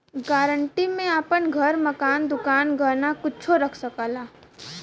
guarantee में आपन घर, मकान, दुकान, गहना कुच्छो रख सकला